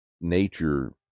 nature